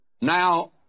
Now